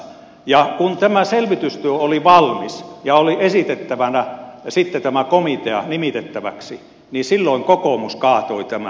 ja kun tämä selvitystyö oli valmis ja oli esitettävänä sitten tämä komitea nimitettäväksi niin silloin kokoomus kaatoi tämän